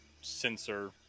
sensor